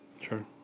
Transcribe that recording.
Sure